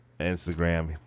Instagram